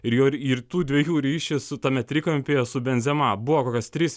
ir jo ir tų dviejų ryšį su tame trikampyje su benzema buvo kokias tris